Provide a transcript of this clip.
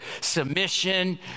submission